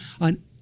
on